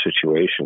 situation